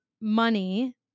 money